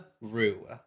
Rue